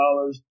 Dollars